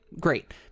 great